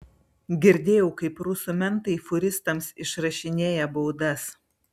girdėjau kaip rusų mentai fūristams išrašinėja baudas